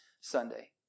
Sunday